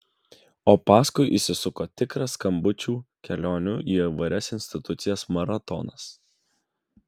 o paskui įsisuko tikras skambučių kelionių į įvairias institucijas maratonas